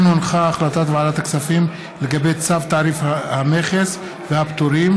החלטת ועדת הכספים לגבי צו תעריף המכס והפטורים